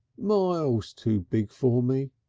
miles too big for me,